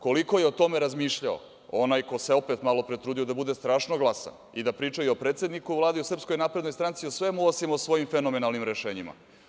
Koliko je o tome razmišljao onaj ko se opet malopre trudio da bude strašno glasan i da priča i o predsedniku Vlade i o SNS i o svemu osim o svojim fenomenalnim rešenjima.